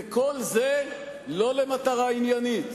וכל זה לא למטרה עניינית,